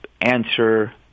answer